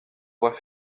voies